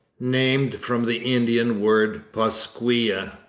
named from the indian word pasquia,